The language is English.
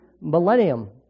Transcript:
millennium